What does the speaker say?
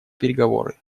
переговоры